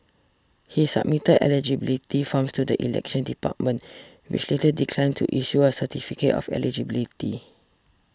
he submitted eligibility forms to the Elections Department which later declined to issue a certificate of eligibility